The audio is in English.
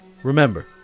Remember